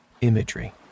imagery